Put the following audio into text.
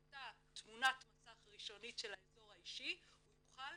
תמונת מסך ראשונית של האזור האישי, הוא יוכל